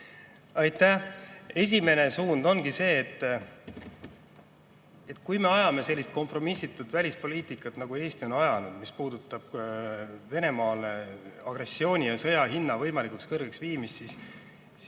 Aitäh! Esiteks, suund ongi see, et kui me ajame sellist kompromissitut välispoliitikat, nagu Eesti on ajanud, mis puudutab Venemaale agressiooni ja sõja hinna võimalikult kõrgeks viimist, siis